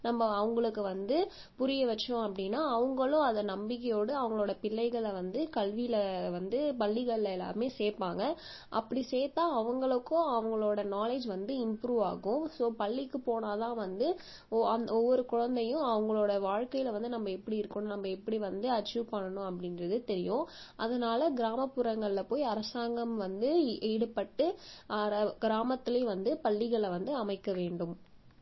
நம்ம அவங்களுக்கு வந்து புரிய வச்சோம் அப்படின்னா அவங்களும் அதை நம்பிக்கையோடு அவங்களோட பிள்ளைகளை வந்து கல்வியில் வந்து பள்ளிகள் எல்லாமே சேர்ப்பாங்க அப்படி சேர்த்தா அவங்களுக்கும் அவங்களோட நாலேஜ் வந்து இம்ப்ரூவ் ஆகும் ஸோ பள்ளிக்கு போனால் தான் வந்து ஒ அந்த ஒவ்வொரு குழந்தையும் அவங்களோட வாழ்க்கையில் வந்து நம்ம எப்படி இருக்கணும் நம்ம எப்படி வந்து அச்சீவ் பண்ணணும் அப்படின்றது தெரியும் அதனால் கிராமப் புறங்களில் போய் அரசாங்கம் வந்து ஈடுபட்டு அந்த கிராமத்துலேயும் வந்து பள்ளிகள் வந்து அமைக்க வேண்டும்